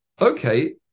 okay